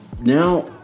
now